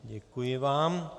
Děkuji vám.